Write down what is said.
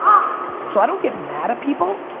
so i don't get mad at people.